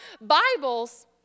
Bibles